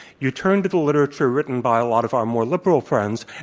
you turn to the literature written by a lot of our more liberal friends,